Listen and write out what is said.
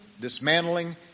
dismantling